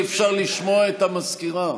אי-אפשר לשמוע את המזכירה,